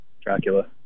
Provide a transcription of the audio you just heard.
Dracula